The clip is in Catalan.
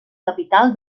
capital